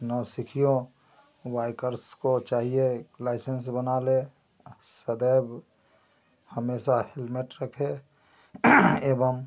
नौसिखियों bikers को चाहिए licence बना लें सदैव हमेशा हेलमेट रखें एवम्